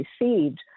received